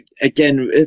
Again